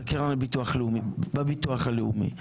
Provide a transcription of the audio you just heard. בביטוח הלאומי.